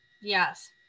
Yes